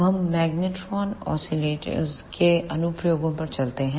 अब हम magnetron oscillators magnetron oscillatorsके अनुप्रयोगों पर चलते हैं